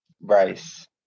Bryce